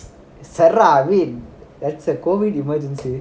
செரிரா அவின்:serira avin it's a COVID emergency